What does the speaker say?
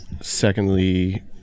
Secondly